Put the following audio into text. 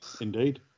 Indeed